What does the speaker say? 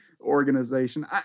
organization